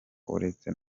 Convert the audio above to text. uretse